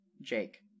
jake